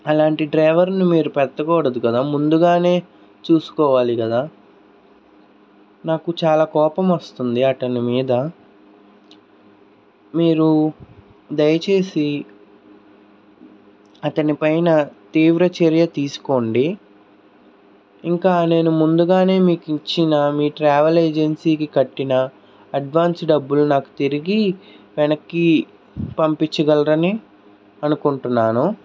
అలాంటి డ్రైవర్ను మీరు పెట్టకూడదు కదా ముందుగానే చూసుకోవాలి కదా నాకు చాలా కోపం వస్తుంది అతని మీద మీరు దయచేసి అతనిపైన తీవ్ర చర్య తీసుకోండి ఇంకా నేను ముందుగానే మీకు ఇచ్చినా మీ ట్రావెల్ ఏజెన్సీకి కట్టిన అడ్వాన్స్ డబ్బులు నాకు తిరిగి వెనక్కి పంపించగలరని అనుకుంటున్నాను